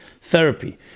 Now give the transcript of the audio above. Therapy